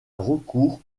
recours